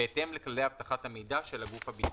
בהתאם לכללי אבטחת המידע של הגוף הביטחוני.